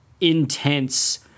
intense –